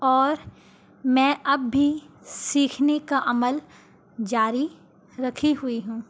اور میں اب بھی سیکھنے کا عمل جاری رکھی ہوئی ہوں